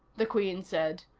the queen said.